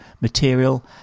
Material